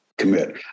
commit